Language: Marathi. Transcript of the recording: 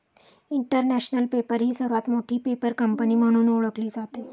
इंटरनॅशनल पेपर ही सर्वात मोठी पेपर कंपनी म्हणून ओळखली जाते